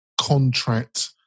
contract